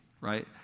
right